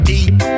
Deep